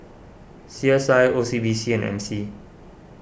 C S I O C B C and M C